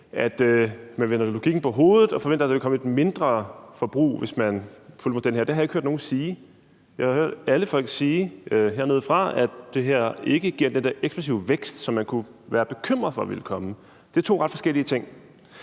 at man vender logikken på hovedet, når man forventer, at der vil komme et mindre forbrug, hvis man følger det her. Det har jeg ikke hørt nogen sige. Jeg har hørt alle folk sige hernedefra, at det her ikke giver den der eksplosive vækst, som man kunne være bekymret for ville komme. Det er to ret forskellige ting,